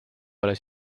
alles